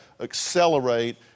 accelerate